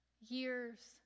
years